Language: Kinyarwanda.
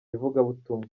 ivugabutumwa